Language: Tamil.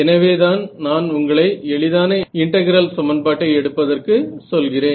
எனவேதான் நான் உங்களை எளிதான இன்டெகிரல் சமன்பாட்டை எடுப்பதற்கு சொல்கிறேன்